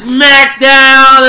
SmackDown